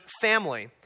family